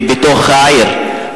בתוך העיר.